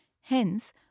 Hence